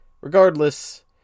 regardless